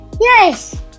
Yes